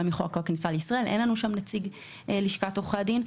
מחוק הכניסה לישראל ואין שם נציג לשכת עורכי הדין.